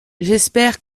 j’espère